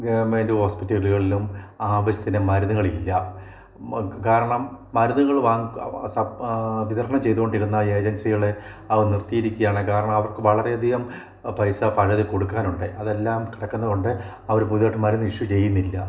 government ഹോസ്പിറ്റലുകളിലും ആവശ്യത്തിന് മരുന്നുകളില്ല കാരണം മരുന്നുകൾ വിതരണം ചെയ്തു കൊണ്ടിരുന്ന ഏജൻസികളെ അവ നിർത്തയിരിക്കുകയാണ് കാരണം അവർക്ക് വളരെയധികം പൈസ പഴയത് കൊടുക്കാനുണ്ട് അതെല്ലാം കിടക്കുന്നതു കൊണ്ട് അവർ പുതുതായിട്ട് മരുന്ന് ഇഷ്യു ചെയ്യുന്നില്ല